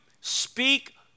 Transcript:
speak